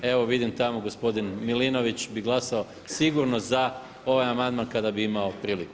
Evo vidim tamo gospodin Milinović bi glasao sigurno za ovaj amandman kada bi imao priliku.